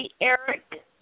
Eric